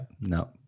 no